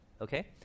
Okay